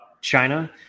China